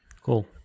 Cool